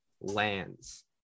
lands